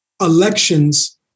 elections